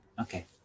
okay